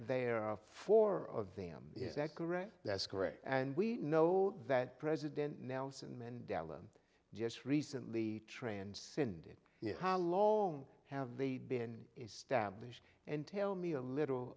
there are four of them is that correct that's correct and we know that president nelson mandela just recently transcended how long have they been established and tell me a little